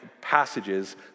passages